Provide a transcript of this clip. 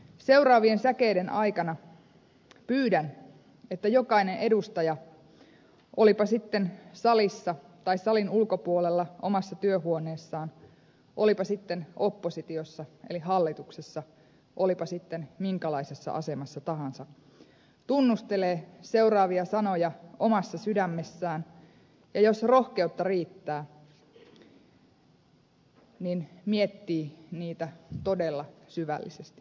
seuraavien säkeiden aikana pyydän että jokainen edustaja olipa sitten salissa tai salin ulkopuolella omassa työhuoneessaan olipa sitten oppositiossa tai hallituksessa olipa sitten minkälaisessa asemassa tahansa tunnustelee seuraavia sanoja omassa sydämessään ja jos rohkeutta riittää miettii niitä todella syvällisesti